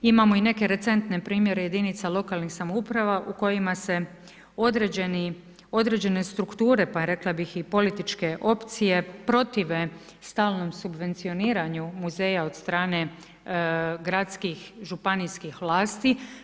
Imamo i neke recentne primjere jedinica lokalnih samouprava u kojima se određene strukture, pa rekla bih i političke opcije, protive stalnom subvencioniranju muzeja od strane gradskih županijskih vlasti.